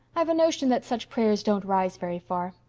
i've a notion that such prayers don't rise very far.